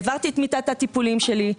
העברתי את מיטת הטיפולים שלי,